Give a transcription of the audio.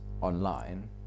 online